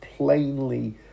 plainly